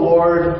Lord